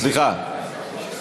סליחה.